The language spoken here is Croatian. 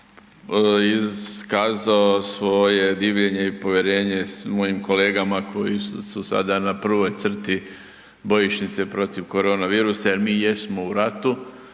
iskazao svoje divljenje i povjerenje mojim kolegama koji su sada na prvoj crti bojišnice protiv koronavirusa jer mi jesmo u ratu.